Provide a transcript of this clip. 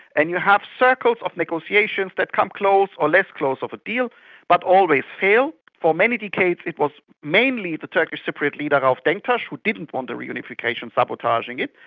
and you have circles of negotiations that come close or less close to a deal but always fail. for many decades it was mainly the turkish cypriot leader rauf denktash who didn't want the reunification sabotaging it,